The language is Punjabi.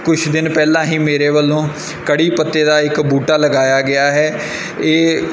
ਕੁਛ ਦਿਨ ਪਹਿਲਾਂ ਹੀ ਮੇਰੇ ਵੱਲੋਂ ਕੜੀ ਪੱਤੇ ਦਾ ਇੱਕ ਬੂਟਾ ਲਗਾਇਆ ਗਿਆ ਹੈ ਇਹ